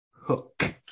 hook